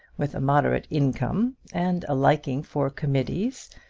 with a moderate income, and a liking for committees,